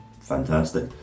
fantastic